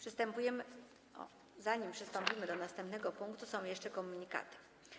Zanim przystąpimy do następnego punktu, przedstawię jeszcze komunikaty.